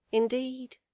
indeed.